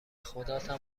خداتم